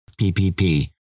PPP